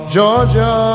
Georgia